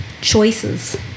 choices